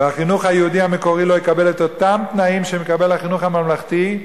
והחינוך היהודי המקורי לא יקבל את אותם תנאים שהחינוך הממלכתי מקבל,